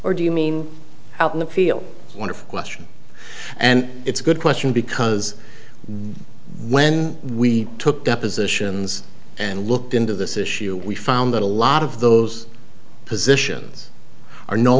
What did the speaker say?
or do you mean out in the field wonderful question and it's a good question because when we took depositions and looked into this issue we found that a lot of those positions are no